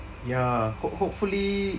ya ho~ hopefully